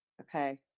Okay